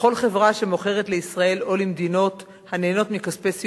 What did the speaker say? וכל חברה שמוכרת לישראל או למדינות הנהנות מכספי סיוע